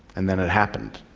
and then it happened.